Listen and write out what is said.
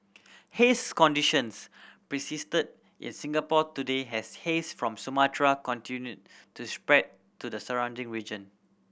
haze conditions persisted in Singapore today as haze from Sumatra continued to spread to the surrounding region